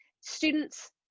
students